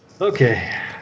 Okay